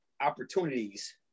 opportunities